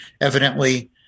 evidently